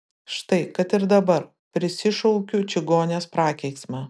štai kad ir dabar prisišaukiu čigonės prakeiksmą